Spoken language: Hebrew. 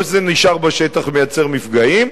או שזה נשאר בשטח ומייצר מפגעים,